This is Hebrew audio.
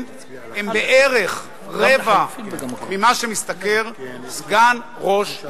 הן בערך רבע ממה שמשתכר סגן ראש עירייה,